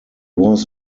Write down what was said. was